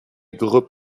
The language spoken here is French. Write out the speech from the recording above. groupe